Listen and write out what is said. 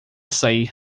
sair